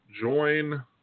join